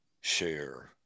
share